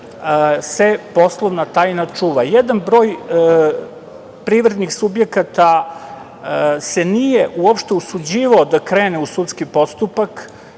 se poslovna tajna čuva. Jedan broj privrednih subjekata se nije uopšte usuđivao da krene u sudski postupak